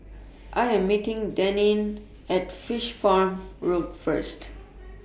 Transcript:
I Am meeting Deneen At Fish Farm Road First